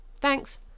Thanks